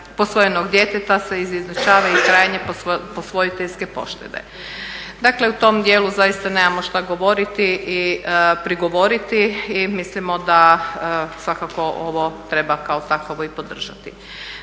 posvojenog djeteta se izjednačava i trajanje posvojiteljske poštede. Dakle u tom dijelu zaista nemamo što govoriti i prigovoriti i mislimo da svakako ovo treba kao takvo i podržati.